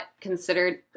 considered